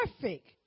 perfect